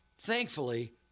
Thankfully